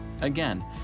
Again